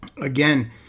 again